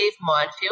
minefield